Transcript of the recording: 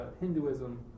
Hinduism